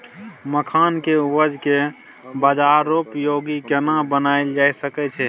मखान के उपज के बाजारोपयोगी केना बनायल जा सकै छै?